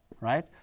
Right